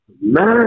Man